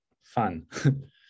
fun